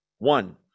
one